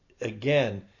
Again